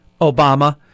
Obama